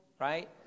right